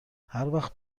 هروقت